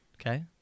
Okay